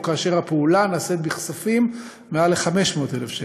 או כאשר הפעולה נעשית בכספים מעל ל-500,000 שקל.